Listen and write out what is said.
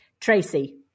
Tracy